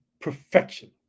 perfection